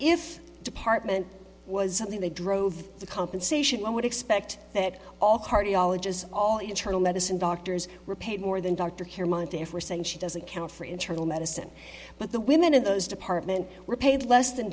if department was something they drove the compensation one would expect that all cardiologists all internal medicine doctors were paid more than doctor care month if we're saying she doesn't account for internal medicine but the women in those department were paid less than